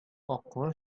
аклы